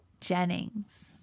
Jennings